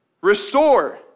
Restore